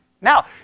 now